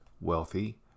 wealthy